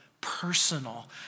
personal